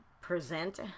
present